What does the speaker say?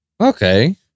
Okay